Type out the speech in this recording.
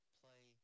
play